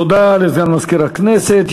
תודה לסגן מזכיר הכנסת.